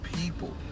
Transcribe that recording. people